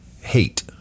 hate